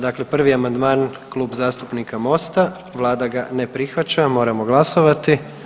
Dakle, 1. amandman Klub zastupnika MOST-a, vlada ga ne prihvaća, moramo glasovati.